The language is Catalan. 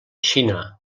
xina